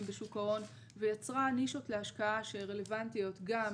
בשוק ההון ויצרה נישות להשקעה שרלוונטיות גם